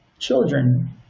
children